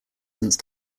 since